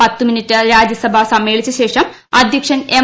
പത്ത് മിനിറ്റ് രാജ്യസഭ സമ്മേളിച്ച ശേഷം അധ്യക്ഷൻ എം